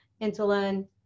insulin